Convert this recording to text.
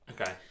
Okay